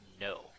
No